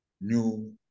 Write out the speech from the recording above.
new